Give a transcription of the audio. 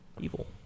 evil